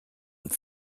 and